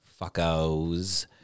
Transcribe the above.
Fuckos